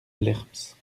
lerps